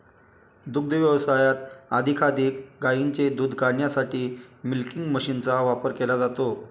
दुग्ध व्यवसायात अधिकाधिक गायींचे दूध काढण्यासाठी मिल्किंग मशीनचा वापर केला जातो